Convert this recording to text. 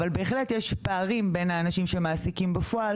אבל בהחלט יש פערים בין האנשים שמעסיקים בפועל